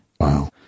Wow